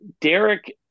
Derek